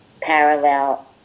parallel